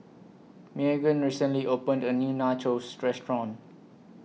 Meagan recently opened A New Nachos Restaurant